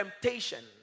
temptation